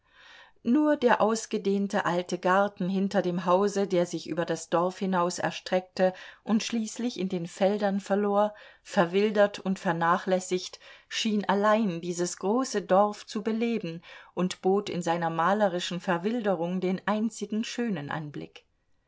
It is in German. nur der ausgedehnte alte garten hinter dem hause der sich über das dorf hinaus erstreckte und schließlich in den feldern verlor verwildert und vernachlässigt schien allein dieses große dorf zu beleben und bot in seiner malerischen verwilderung den einzigen schönen anblick